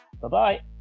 Bye-bye